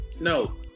No